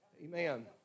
Amen